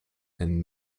and